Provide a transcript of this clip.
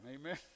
Amen